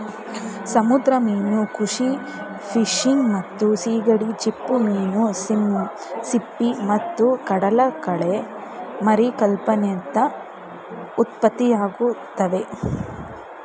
ಸಮುದ್ರ ಮೀನು ಕೃಷಿ ಫಿನ್ಫಿಶ್ ಮತ್ತು ಸೀಗಡಿ ಚಿಪ್ಪುಮೀನು ಸಿಂಪಿ ಮತ್ತು ಕಡಲಕಳೆ ಮಾರಿಕಲ್ಚರ್ನಿಂದ ಉತ್ಪತ್ತಿಯಾಗ್ತವೆ